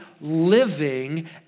living